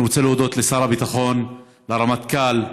אני רוצה להודות לשר הביטחון, לרמטכ"ל,